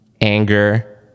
anger